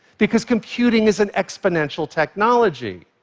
because computing is an exponential technology.